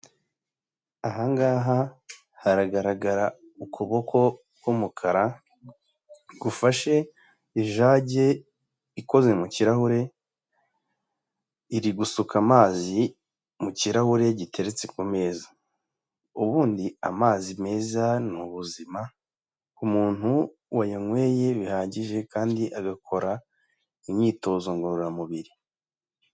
Aha ngaha haragaragara ukuboko k'umukara gufashe ijage ikoze mu kirahure, iri gusuka amazi mu kirahure giteretse ku meza, ubundi amazi meza ni ubuzima umuntu wayankweye bihagije kandi agakora imyitozo ngororamubiri.